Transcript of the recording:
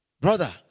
brother